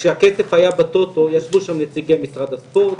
כשהכסף היה בטוטו ישבו שם נציגי משרד הספורט,